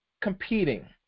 competing